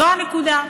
זאת הנקודה.